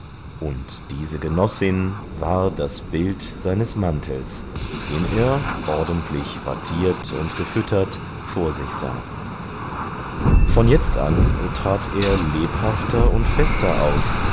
und diese genossin war das bild seines mantels den er ordentlich wattiert und gefüttert vor sich sah von jetzt an trat er lebhafter und fester auf